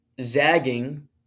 Zagging